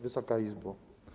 Wysoka Izbo!